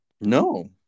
no